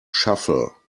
shuffle